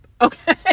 Okay